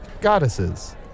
goddesses